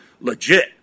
legit